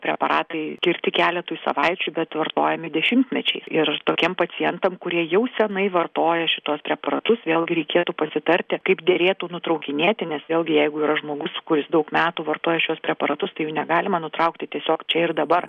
preparatai skirti keletui savaičių bet vartojami dešimtmečiais ir tokiem pacientam kurie jau seniai vartoja šitos preparatus vėlgi reikėtų pasitarti kaip derėtų nutraukinėti nes vėlgi jeigu yra žmogus kuris daug metų vartoja šiuos preparatus tai jų negalima nutraukti tiesiog čia ir dabar